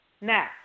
Now